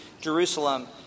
Jerusalem